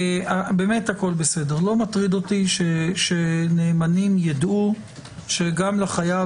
לא מטריד אותי שנאמנים יידעו שגם לחייב